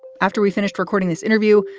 after we finished recording this interview,